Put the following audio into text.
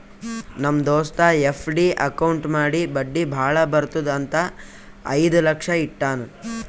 ನಮ್ ದೋಸ್ತ FD account ಮಾಡಿ ಬಡ್ಡಿ ಭಾಳ ಬರ್ತುದ್ ಅಂತ್ ಐಯ್ದ ಲಕ್ಷ ಇಟ್ಟಾನ್